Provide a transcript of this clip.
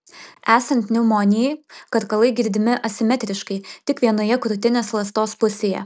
esant pneumonijai karkalai girdimi asimetriškai tik vienoje krūtinės ląstos pusėje